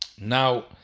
Now